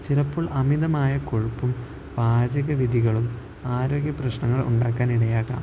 ചിലപ്പോൾ അമിതമായ കൊഴുപ്പും പാചകവിധികളും ആരോഗ്യപ്രശ്നങ്ങൾ ഉണ്ടാക്കാനിടയാക്കാം